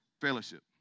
fellowship